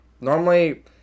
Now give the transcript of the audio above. normally